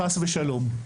חס ושלום.